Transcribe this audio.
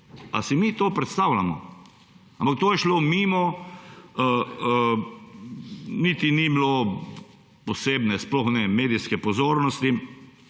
A si mi to predstavljamo? Ampak to je šlo mimo, niti ni bilo posebne oziroma sploh ne medijske pozornosti,